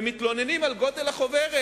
הם מתלוננים על גודל החוברת,